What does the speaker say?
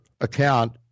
account